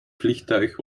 vliegtuig